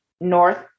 North